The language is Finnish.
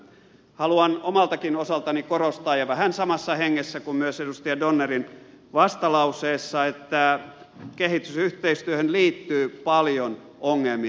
haluan omaltakin osaltani korostaa ja vähän samassa hengessä kuin myös edustaja donner vastalauseessaan että kehitysyhteistyöhön liittyy paljon ongelmia